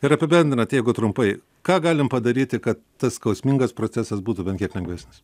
ir apibendrinant jeigu trumpai ką galim padaryti kad tas skausmingas procesas būtų bent kiek lengvesnis